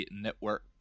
Network